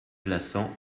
blassans